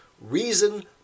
reason